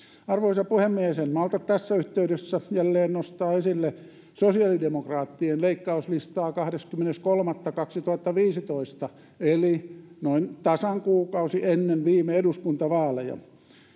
arvoisa puhemies en malta tässä yhteydessä olla nostamatta jälleen esille sosiaalidemokraattien leikkauslistaa ajalta kahdeskymmenes kolmatta kaksituhattaviisitoista eli tasan kuukausi ennen viime eduskuntavaaleja